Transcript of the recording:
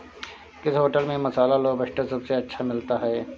किस होटल में मसाला लोबस्टर सबसे अच्छा मिलता है?